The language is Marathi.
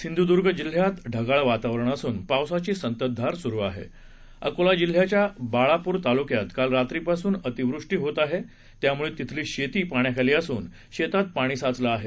सिधुद्र्ग जिल्ह्यात ढगाळ वातावरण असून पावसाची संततधार सुरु आहे अकोला जिल्ह्याच्या बाळापूर तालुक्यात काल रात्रीपासून अतिवृष्टी होत आहे त्यामुळे तिथली शेती पाण्याखाली असून शेतात पाणी साचलं आहे